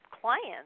clients